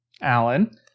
Alan